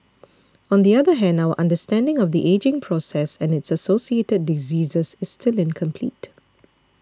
on the other hand our understanding of the ageing process and its associated diseases is still incomplete